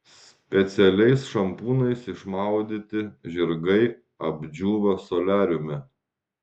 specialiais šampūnais išmaudyti žirgai apdžiūva soliariume